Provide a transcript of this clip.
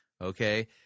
okay